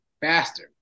faster